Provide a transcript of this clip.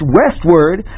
westward